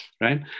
Right